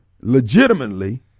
legitimately